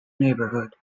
neighborhood